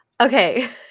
Okay